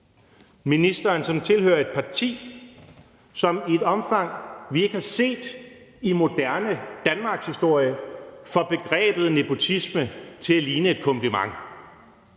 minister, som tilhører et parti, som i et omfang, vi ikke har set i moderne danmarkshistorie, får begrebet nepotisme til at ligne en kompliment.